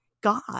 God